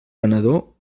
venedor